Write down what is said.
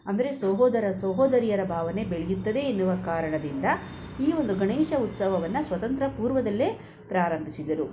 ಅಂದರೆ ಸಹೋದರ ಸಹೋದರಿಯರ ಭಾವನೆ ಬೆಳೆಯುತ್ತದೆ ಎನ್ನುವ ಕಾರಣದಿಂದ ಈ ಒಂದು ಗಣೇಶ ಉತ್ಸವವನ್ನು ಸ್ವತಂತ್ರ ಪೂರ್ವದಲ್ಲೇ ಪ್ರಾರಂಭಿಸಿದರು